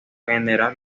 general